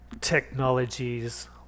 technologies